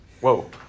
Whoa